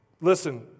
Listen